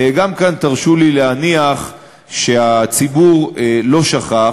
גם כאן תרשו לי להניח שהציבור לא שכח,